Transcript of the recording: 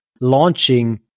launching